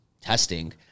testing